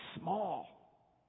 small